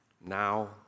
now